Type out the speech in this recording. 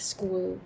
School